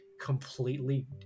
completely